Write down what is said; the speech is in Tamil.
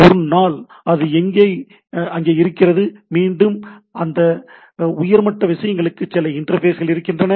எனவே ஒருநாள் அது அங்கே இருக்கிறது மீண்டும் இந்த உயர் மட்ட விஷயங்களுக்குச் செல்ல இன்டர்ஃபேஸ்கள் இருக்கின்றன